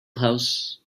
house